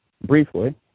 briefly